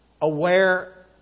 aware